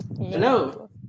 Hello